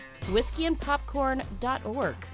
Whiskeyandpopcorn.org